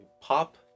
pop